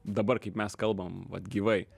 dabar kaip mes kalbam vat gyvai